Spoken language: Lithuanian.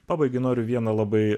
pabaigai noriu vieną labai